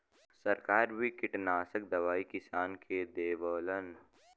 सरकार भी किटनासक दवाई किसान के देवलन